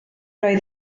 oedd